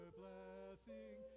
blessing